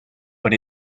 but